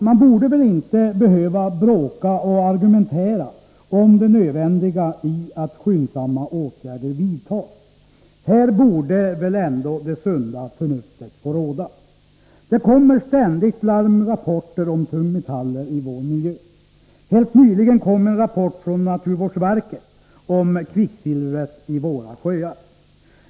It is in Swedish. Man borde väl inte behöva bråka och argumentera om det nödvändiga i att skyndsamma åtgärder vidtas. Här borde väl ändå det sunda förnuftet få råda. Det kommer ständigt larmrapporter om tungmetaller i vår miljö. Helt nyligen kom en rapport från naturvårdsverket om kvicksilvret i våra sjöar.